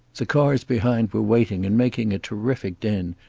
the cars behind were waiting and making a terrific din,